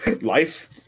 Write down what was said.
life